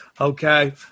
Okay